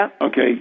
okay